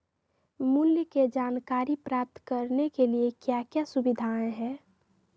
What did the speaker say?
मूल्य के जानकारी प्राप्त करने के लिए क्या क्या सुविधाएं है?